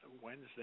Wednesday